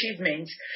achievements